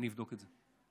אני אבדוק את זה.